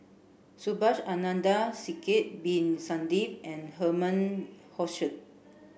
Subhas Anandan Sidek bin Saniff and Herman Hochstadt